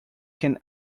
can